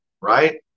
Right